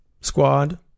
squad